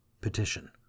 Petition